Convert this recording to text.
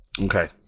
Okay